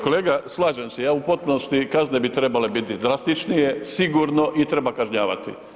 Kolega, slažem se ja u potpunosti, kazne bi trebale biti drastičnije, sigurno, i treba kažnjavati.